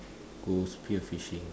go spear fishing